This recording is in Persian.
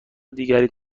دیگری